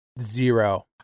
Zero